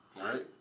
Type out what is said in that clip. right